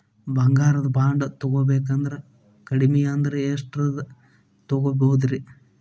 ಬಂಗಾರ ಬಾಂಡ್ ತೊಗೋಬೇಕಂದ್ರ ಕಡಮಿ ಅಂದ್ರ ಎಷ್ಟರದ್ ತೊಗೊಬೋದ್ರಿ?